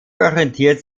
orientiert